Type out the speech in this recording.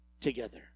together